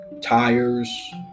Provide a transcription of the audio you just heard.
tires